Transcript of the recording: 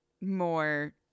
more